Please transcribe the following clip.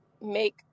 make